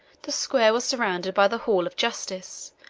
the square was surrounded by the hall of justice,